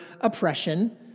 oppression